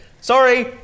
sorry